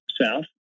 south